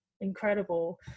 incredible